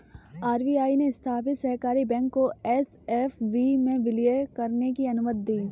RBI ने स्थापित सहकारी बैंक को एस.एफ.बी में विलय करने की अनुमति दी